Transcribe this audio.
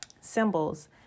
symbols